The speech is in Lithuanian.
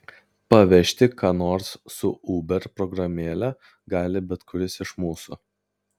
pavežti ką nors su uber programėle gali bet kuris iš mūsų